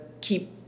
keep